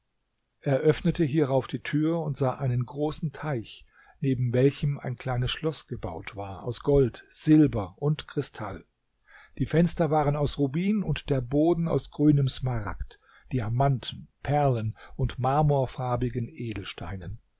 öffnete hierauf die tür und sah einen großen teich neben welchem ein kleines schloß gebaut war aus gold silber und kristall die fenster waren aus rubin und der boden aus grünem smaragd diamanten perlen und marmorfarbigen edelsteinen